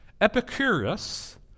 Epicurus